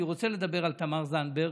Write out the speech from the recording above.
אני רוצה לדבר על תמר זנדברג.